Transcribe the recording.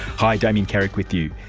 hi, damien carrick with you.